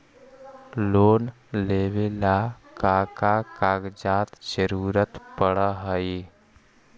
Loan लेवेला का का कागजात जरूरत पड़ हइ?